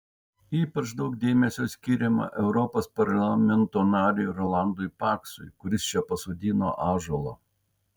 ypač daug dėmesio skiriama europos parlamento nariui rolandui paksui kuris čia pasodino ąžuolą